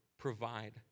provide